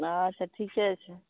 अच्छा ठीके छै